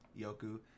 Yoku